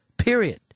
Period